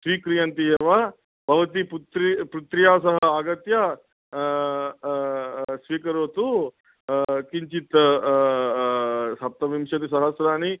स्वीक्रियन्ति एव भवती पुत्री पुत्र्या सह आगत्य स्वीकरोतु किञ्चित् सप्तविंशतिसहस्राणि